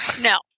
No